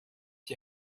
die